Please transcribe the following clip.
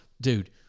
dude